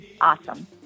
awesome